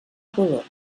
pudor